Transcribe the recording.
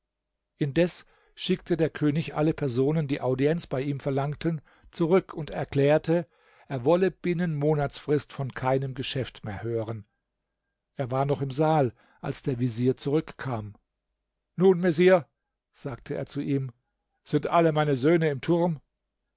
indes schickte der könig alle personen die audienz bei ihm verlangten zurück und erklärte er wolle binnen monatfrist von keinem geschäft mehr hören er war noch im saal als der vezier zurückkam nun vezier sagte er zu ihm sind alle meine söhne im turm